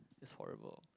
it's horrible